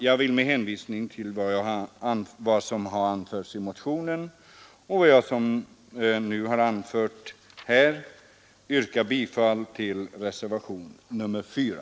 Jag vill med hänvisning till vad som har anförts i motionen och vad jag nu har anfört yrka bifall till reservationen 4.